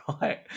Right